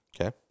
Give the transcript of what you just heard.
Okay